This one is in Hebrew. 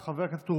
חברת הכנסת סטרוק,